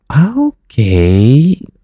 Okay